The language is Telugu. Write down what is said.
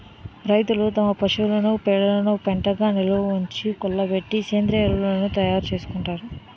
రైతులు తమ పశువుల పేడను పెంటగా నిలవుంచి, కుళ్ళబెట్టి సేంద్రీయ ఎరువును తయారు చేసుకుంటారు